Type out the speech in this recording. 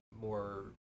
more